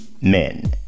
men